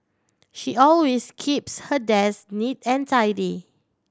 she always keeps her desk neat and tidy